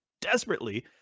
desperately